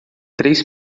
três